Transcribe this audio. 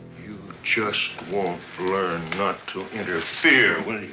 you just won't learn not to interfere, will